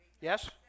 Yes